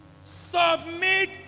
Submit